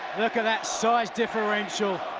look at that size differential.